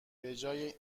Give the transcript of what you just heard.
بجای